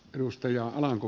perustaja alanko